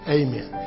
amen